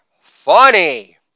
funny